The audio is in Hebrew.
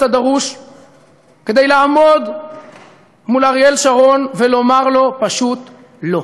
הדרוש כדי לעמוד מול אריאל שרון ולומר לו פשוט: לא.